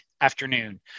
afternoon